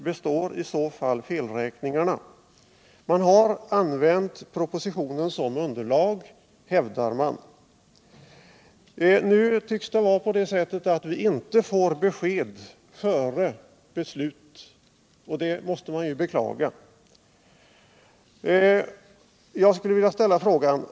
De har använt propositionen som underlag, hävdar de. Det tycks vara på det sättet att vi inte får besked före dagens beslut. Det måste man ju beklaga.